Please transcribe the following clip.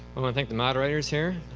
want to thank the moderators here.